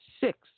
six